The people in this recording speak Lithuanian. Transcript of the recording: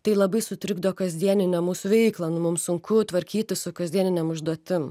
tai labai sutrikdo kasdieninę mūsų veiklą nu mums sunku tvarkytis su kasdieninėm užduotim